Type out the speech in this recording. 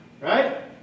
Right